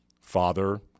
Father